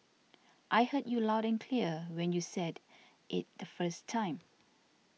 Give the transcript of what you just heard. I heard you loud and clear when you said it the first time